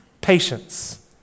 patience